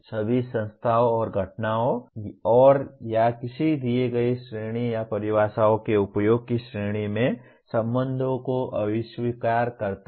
सभी संस्थाओं और घटनाओं और या किसी दिए गए श्रेणी या परिभाषाओं के उपयोग की श्रेणी में संबंधों को अस्वीकार करता है